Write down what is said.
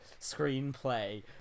screenplay